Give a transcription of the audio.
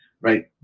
right